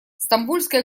стамбульская